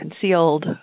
concealed